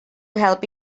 help